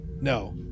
No